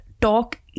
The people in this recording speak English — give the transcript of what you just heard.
talk